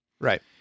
Right